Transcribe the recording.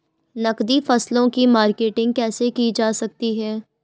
नकदी फसलों की मार्केटिंग कैसे की जा सकती है?